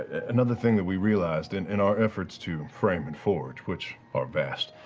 another thing that we realized and in our efforts to frame and forge, which are vast,